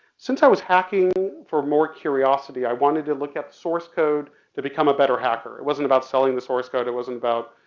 since i was hacking for more curiosity, i wanted to look at source code to become a better hacker. it wasn't about selling the source code, it wasn't about,